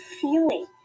feeling